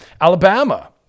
Alabama